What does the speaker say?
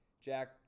Jack